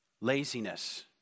Laziness